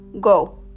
Go